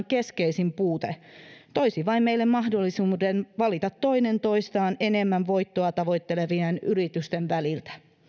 keskeisin puute toisi meille vain mahdollisuuden valita toinen toistaan enemmän voittoa tavoittelevien yritysten väliltä